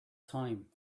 time